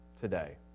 today